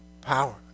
power